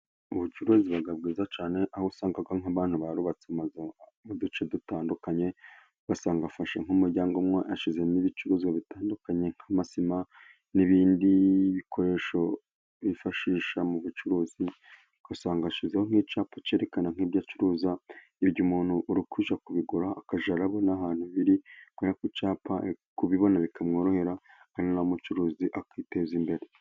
Ubucuruzi buba bwiza cyane, aho usanga nk'abantu barubatse amazu mu duce dutandukanye, ugasanga afashe nk'umuryango umwe, ashyizemo ibicuruzwa bitandukanye, nk'amasima n'ibindi bikoresho bifashisha mu bucuruzi, ugasanga ashyize nk'icyapa kerekana nk'ibyo acuruza, bityo umuntu uje kubigura akajya arareba ahantu biri kuko cyapa, kubibona bikamworohera umucuruzi akiteza imbere.